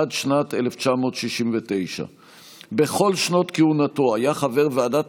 עד שנת 1969. בכל שנות כהונתו היה חבר ועדת